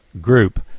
group